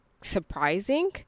surprising